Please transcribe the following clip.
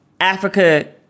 Africa